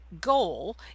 goal